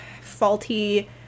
faulty